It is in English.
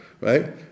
right